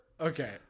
Okay